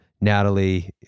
Natalie